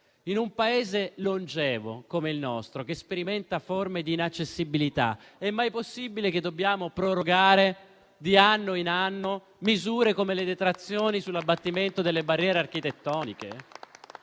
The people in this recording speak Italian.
In un Paese longevo come il nostro, che sperimenta forme di inaccessibilità, è mai possibile che dobbiamo prorogare di anno in anno misure come le detrazioni sull'abbattimento delle barriere architettoniche?